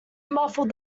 muffled